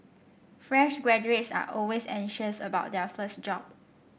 fresh graduates are always anxious about their first job